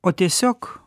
o tiesiog